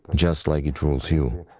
just like it rules you.